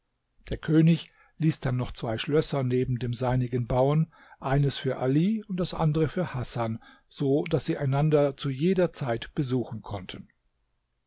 der könig ließ dann noch zwei schlösser neben dem seinigen bauen eines für ali und das andere für hasan so daß sie einander zu jeder zeit besuchen konnten